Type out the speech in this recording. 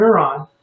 neuron